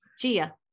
Gia